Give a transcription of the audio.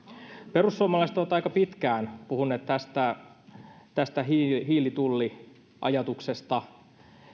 perussuomalaiset ovat aika pitkään puhuneet tästä tästä hiilitulliajatuksesta